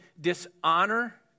dishonor